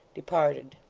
departed.